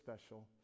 special